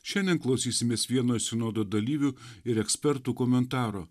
šiandien klausysimės vieno iš sinodo dalyvių ir ekspertų komentaro